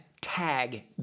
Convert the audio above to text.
tag